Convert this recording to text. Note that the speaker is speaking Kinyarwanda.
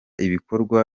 ibikorwa